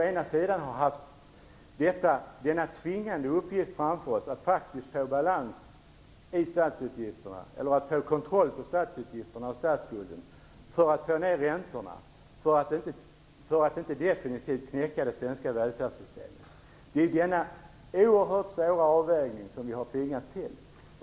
Vi har haft denna tvingande uppgift framför oss att få kontroll på statsutgifterna och statsskulden för att få ned räntorna för att inte definitivt knäcka det svenska välfärdssystemet. Det är denna oerhört svåra avvägning som vi har tvingats till.